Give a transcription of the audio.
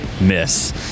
Miss